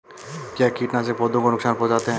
क्या कीटनाशक पौधों को नुकसान पहुँचाते हैं?